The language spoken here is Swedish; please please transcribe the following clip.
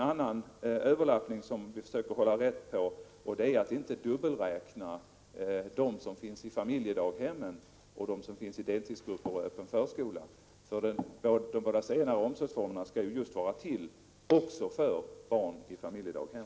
En överlappning som vi försöker hålla rätt på är att vi försöker att inte dubbelräkna de barn som finns i familjedaghem och i deltidsgrupper och öppen förskola. De båda senare omsorgsformerna skall ju vara till också för barn i familjedaghem.